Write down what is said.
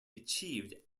achieved